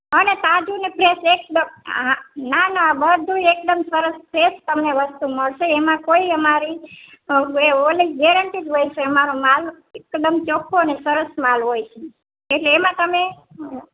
અને તાજું ને ફ્રેશ એકદમ હા નાના બધું એકદમ સરસ છે તમને વસ્તુ મળશે એમાં કોઈ અમારી એ ઓલી ગેરંટી જ હોય છે અમારો માલ એકદમ ચોખ્ખો અને સરસ માલ હોય છે એટલે એમાં તમે હં